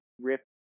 rip